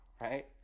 right